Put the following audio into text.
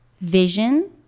vision